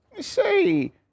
Say